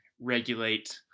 regulate